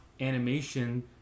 animation